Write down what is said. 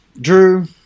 Drew